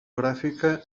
gràfica